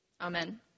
Amen